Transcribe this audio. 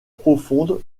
profonde